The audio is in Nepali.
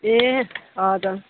ए हजर